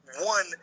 one